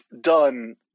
done